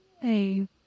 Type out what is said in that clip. Hey